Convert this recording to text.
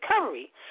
recovery